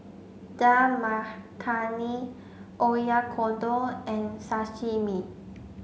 Dal Makhani Oyakodon and Sashimi